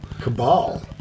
Cabal